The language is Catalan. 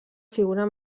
figura